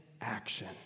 action